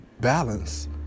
balance